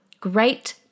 great